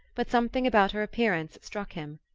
but something about her appearance struck him.